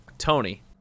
tony